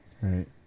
Right